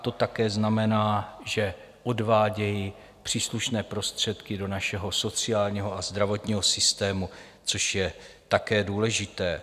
To také znamená, že odvádějí příslušné prostředky do našeho sociálního a zdravotního systému, což je také důležité.